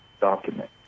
document